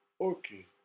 Okay